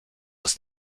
was